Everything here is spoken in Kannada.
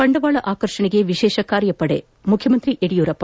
ಬಂದವಾಳ ಆಕರ್ಷಣೆಗೆ ವಿಶೇಷ ಕಾರ್ಯಪದೆ ಮುಖ್ಯಮಂತ್ರಿ ಯಡಿಯೂರಪ್ಪ